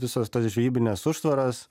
visos tos žvejybinės užtvaros